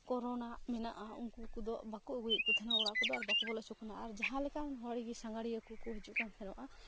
corona ᱢᱮᱱᱟᱜᱼᱟ ᱩᱱᱠᱩ ᱠᱚᱫᱚ ᱵᱟᱠᱚ ᱟᱹᱜᱩᱭᱮᱫᱠᱚ ᱛᱮᱦᱮᱱᱚᱜᱼᱟ ᱚᱲᱟᱜᱛᱮᱫᱚ ᱟᱨ ᱵᱟᱠᱚ ᱵᱚᱞᱚ ᱚᱪᱚᱣᱟᱠᱚ ᱠᱟᱱᱟ ᱟᱨ ᱡᱟᱦᱟᱸ ᱞᱮᱠᱟᱱ ᱦᱚᱲᱜᱮ ᱥᱟᱸᱜᱷᱟᱨᱤᱭᱟᱹ ᱠᱚᱠᱚ ᱦᱤᱡᱩᱜᱠᱟᱱ ᱛᱮᱦᱮᱱᱚᱜᱼᱟ